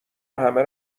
همه